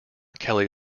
kelly